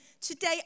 today